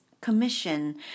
commission